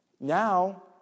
Now